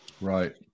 Right